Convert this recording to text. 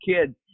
Kids